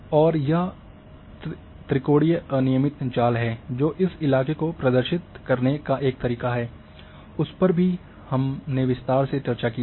और यह त्रिकोणीय अनियमित जाल है जो इस इलाके को प्रदर्शित करने का एक तरीका है उस पर भी हमने विस्तार से चर्चा की है